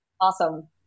awesome